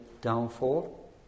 downfall